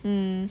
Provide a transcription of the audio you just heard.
mm